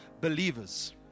believers